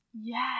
Yes